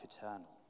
eternal